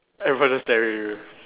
everyone just staring at you